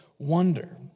Wonder